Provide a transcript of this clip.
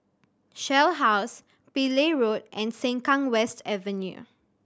Shell House Pillai Road and Sengkang West Avenue